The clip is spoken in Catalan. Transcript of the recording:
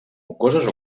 mucoses